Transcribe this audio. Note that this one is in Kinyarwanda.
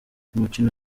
umukino